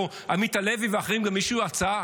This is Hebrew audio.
ופה עמית הלוי ואחרים גם הגישו הצעה.